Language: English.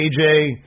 AJ